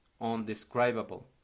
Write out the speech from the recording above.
undescribable